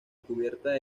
cubierta